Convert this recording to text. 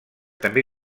també